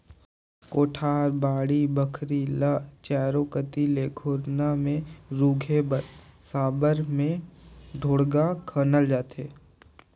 कोठार, बाड़ी बखरी ल चाएरो कती ले घोरना मे रूधे बर साबर मे ढोड़गा खनल जाथे